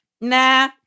Nah